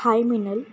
हाय Minal